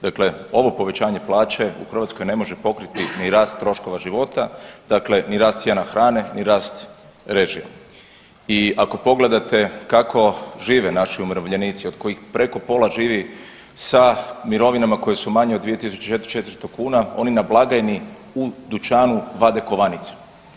Dakle, ovo povećanje plaće u Hrvatskoj ne može pokriti na rast troškova života, dakle ni rast cijena hrane, ni rast režija i ako pogledate kako žive naši umirovljenici od kojih preko pola živi sa mirovinama koje su manje od 2.400 kuna, oni na blagajni u dućanu vade kovanice.